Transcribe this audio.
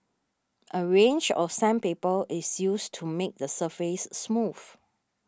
a range of sandpaper is used to make the surface smooth